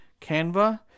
Canva